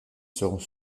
sont